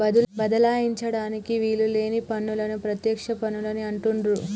బదలాయించడానికి వీలు లేని పన్నులను ప్రత్యక్ష పన్నులు అని అంటుండ్రు